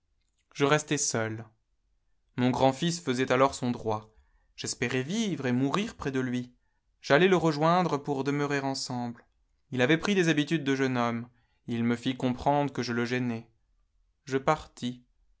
je restai seule mon grand fils faisait alors son droit j'espérais vivre et mourir près de lui j'allai le rejoindre pour demeurer ensemble ii avait pris des habitudes de jeune homme il me fit comprendre que je le gênais je partis